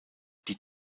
die